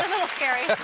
little scary.